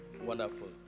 Wonderful